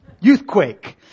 Youthquake